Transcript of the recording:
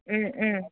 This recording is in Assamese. ও ও